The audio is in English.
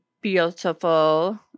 beautiful